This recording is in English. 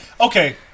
okay